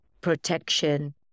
protection